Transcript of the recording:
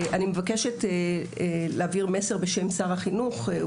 אני מבקשת להעביר מסר בשם שר החינוך הוא